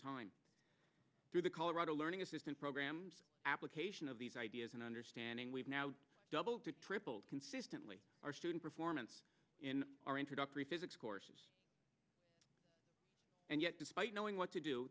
time through the colorado learning assistance programs application of these ideas and understanding we've now doubled to tripled consistently our student performance in our introductory physics courses and yet despite knowing what